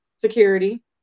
security